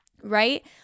right